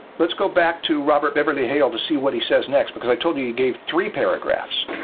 let's go back to robert beverly hale to see what he says next, because i told you he gave three paragraphs.